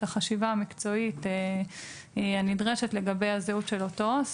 החשיבה המקצועית הנדרשת לגבי הזהות של אותו עו"ס,